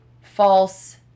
false